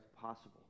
possible